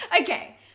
okay